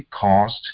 cost